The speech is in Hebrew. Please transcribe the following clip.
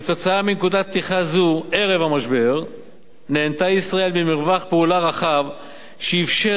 בשל נקודת פתיחה זו ערב המשבר נהנתה ישראל ממרווח פעולה רחב שאפשר